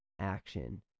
action